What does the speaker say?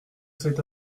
cet